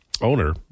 owner